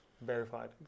verified